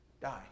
Die